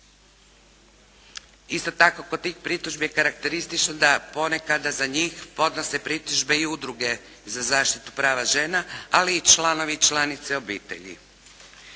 Isto tako kod tih pritužbi je karakteristično da ponekada za njih podnose pritužbe i udruge za zaštitu prava žena, ali i članovi i članice obitelji.